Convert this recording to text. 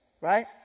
right